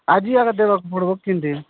ଆଜି ଆକା ଦେବାକୁ ପଡ଼୍ବ କିନ୍ତି